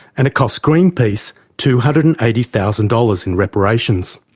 and it cost greenpeace two hundred and eighty thousand dollars in reparations.